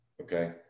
okay